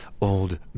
old